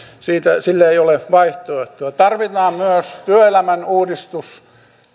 niille ei ole vaihtoehtoa tarvitaan myös työelämän uudistus